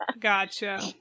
gotcha